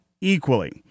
equally